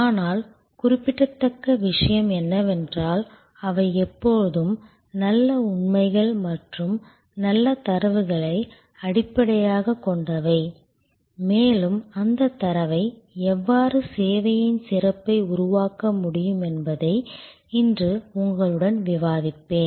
ஆனால் குறிப்பிடத்தக்க விஷயம் என்னவென்றால் அவை எப்பொழுதும் நல்ல உண்மைகள் மற்றும் நல்ல தரவுகளை அடிப்படையாகக் கொண்டவை மேலும் அந்தத் தரவை எவ்வாறு சேவையின் சிறப்பை உருவாக்க முடியும் என்பதை இன்று உங்களுடன் விவாதிப்பேன்